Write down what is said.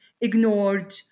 ignored